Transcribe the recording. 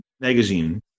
magazine